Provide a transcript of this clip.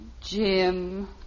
Jim